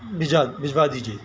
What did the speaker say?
بھجوا بجھوا دیجیے